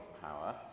power